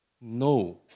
No